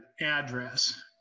address